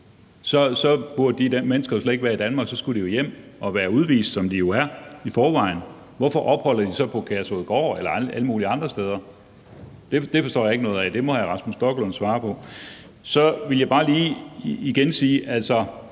så burde de der mennesker jo slet ikke være i Danmark – så skulle de jo være udvist, som de er forvejen, og sendt hjem. Hvorfor opholder de sig på Kærshovedgård eller alle mulige andre steder? Det forstår jeg ikke noget af – det må hr. Rasmus Stoklund svare på. Så vil jeg bare lige igen sige, at